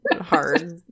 hard